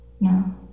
No